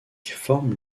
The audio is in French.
forment